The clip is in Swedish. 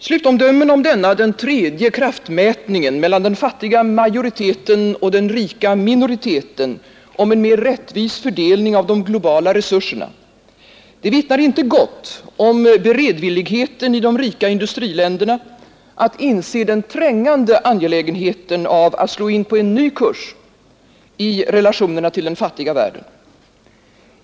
Slutomdömena om denna den tredje kraftmätningen mellan den fattiga majoriteten och den rika minoriteten om en mer rättvis fördelning av de globala resurserna vittnar inte gott om beredvilligheten i de rika industriländerna att inse den trängande angelägenheten av att slå in på en ny kurs i relationerna till den fattiga världen.